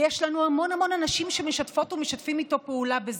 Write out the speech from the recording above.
ויש לנו המון המון אנשים שמשתפות ומשתפים איתו פעולה בזה.